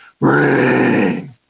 ring